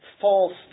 false